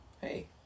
Hey